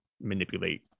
manipulate